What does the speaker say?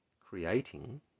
creating